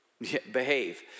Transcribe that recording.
behave